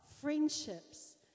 friendships